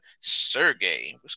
Sergey